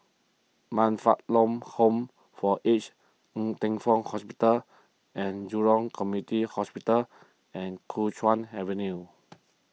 Man Fatt Lam Home for Aged Ng Teng Fong Hospital and Jurong Community Hospital and Kuo Chuan Avenue